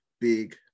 big